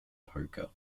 poker